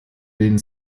den